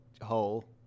hole